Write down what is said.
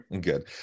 Good